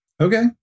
okay